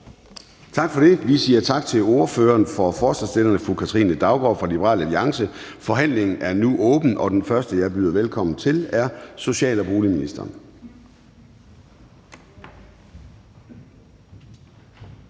Gade): Vi siger tak til ordføreren for forslagsstillerne, fru Katrine Daugaard fra Liberal Alliance. Forhandlingen er nu åbnet, og den første, jeg byder velkommen til, er social- og boligministeren.